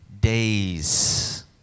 days